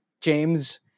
James